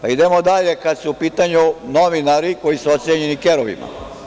Idemo dalje, kada su u pitanju novinari koji su ocenjeni kerovima.